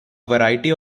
variety